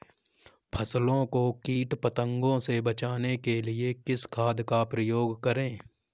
फसलों को कीट पतंगों से बचाने के लिए किस खाद का प्रयोग करें?